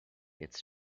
its